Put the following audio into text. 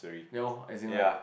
ya lor as in like